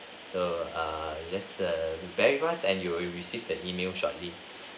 the err yes err very fast and you will be receive the email shortly